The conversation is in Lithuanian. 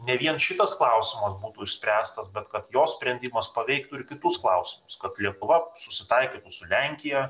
ne vien šitas klausimas būtų išspręstas bet kad jo sprendimas paveiktų ir kitus klausimus kad lietuva susitaikytų su lenkija